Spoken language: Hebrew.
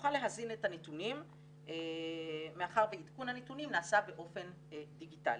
תוכל להזין את הנתונים מאחר ועדכון הנתונים נעשה באופן דיגיטלי.